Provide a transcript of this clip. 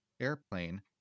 airplane